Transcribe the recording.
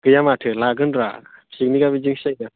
गैयामाथो लागोनब्रा पिकनिकआ बिदिजोंसो जायो दा